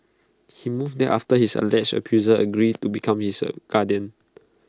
he moved there after his alleged abuser agreed to become his guardian